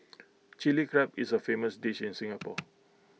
Chilli Crab is A famous dish in Singapore